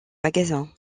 magasins